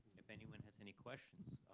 if anyone has any questions,